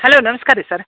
hello ನಮ್ಸ್ಕಾರ ರೀ sir